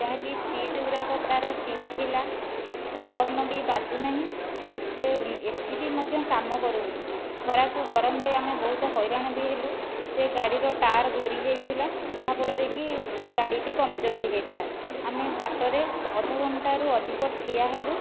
ଯାହାକି ସିଟ୍ ଗୁଡ଼ାକ ତା'ର ଚିରା ଥିଲା ସେ ହର୍ଣ୍ଣ ବି ବାଜୁନାହିଁ ସେ ଏ ସି ବି ମଧ୍ୟ କାମ କରୁନି ଖରାକୁ ଗରମରେ ଆମେ ବହୁତ ହଇରାଣ ବି ହେଲୁ ସେ ଗାଡ଼ିର ଟାୟାର ଘୋରି ଯାଇଥିଲା ଯାହାଫଳରେ କି ଗାଡ଼ିଟି ପମ୍ପଚର ହୋଇଯାଇଥିଲା ଆମେ ବାଟରେ ଅଧଘଣ୍ଟାରୁ ଅଧିକ ଠିଆ ହେଲୁ